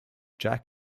jack